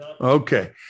Okay